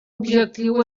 objectiu